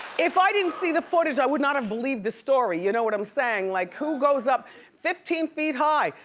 if i didn't see the footage, i would not have believed the story, you know what i'm saying? like who goes up fifteen feet high?